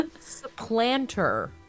Supplanter